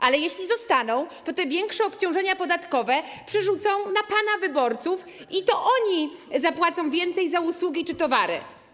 Ale jeśli zostaną, to te większe obciążenia podatkowe przerzucą na pana wyborców i to oni zapłacą więcej za usługi czy towary.